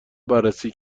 بررسی